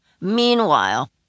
Meanwhile